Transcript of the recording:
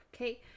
Okay